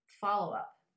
follow-up